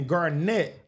Garnett